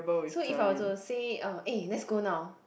so if I were to say eh let's go now